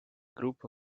group